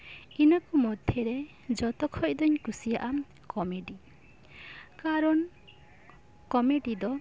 ᱤᱱᱟᱹ ᱠᱚ ᱢᱚᱫᱽᱫᱷᱮ ᱨᱮ ᱡᱚᱛᱚ ᱠᱷᱚᱱ ᱫᱚᱧ ᱠᱩᱥᱤᱭᱟᱜᱼᱟ ᱠᱚᱢᱮᱰᱤ ᱠᱟᱨᱚᱱ ᱠᱚᱢᱮᱰᱤ ᱫᱚ